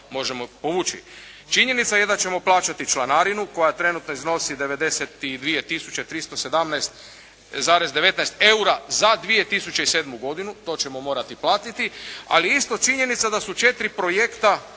možemo povući. Činjenica je da ćemo plaćati članarinu koja trenutno iznosi 92 tisuće 317,19 eura za 2007. godinu. to ćemo morati platiti, ali isto činjenica da su četiri projekta